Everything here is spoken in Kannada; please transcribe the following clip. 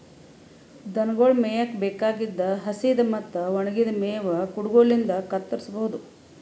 ದನಗೊಳ್ ಮೇಯಕ್ಕ್ ಬೇಕಾಗಿದ್ದ್ ಹಸಿದ್ ಮತ್ತ್ ಒಣಗಿದ್ದ್ ಮೇವ್ ಕುಡಗೊಲಿನ್ಡ್ ಕತ್ತರಸಬಹುದು